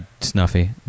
snuffy